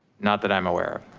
not that i'm aware.